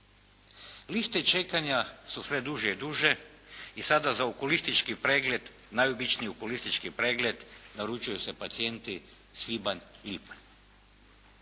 Liste čekanja su sve duže i duže i sada za okulistički pregled, najobičniji okulistički pregled naručuju se pacijenti svibanj,